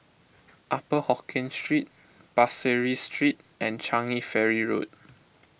Upper Hokkien Street Pasir Ris Street and Changi Ferry Road